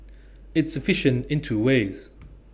it's efficient in two ways